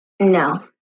No